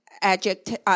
adjective